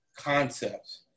Concepts